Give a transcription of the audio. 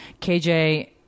KJ